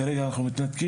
כרגע אנחנו מתנתקים.